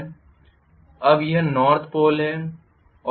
अब यह north pole है और यह साउथ पोल है